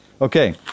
Okay